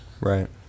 Right